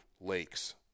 lakes